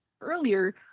earlier